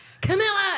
Camilla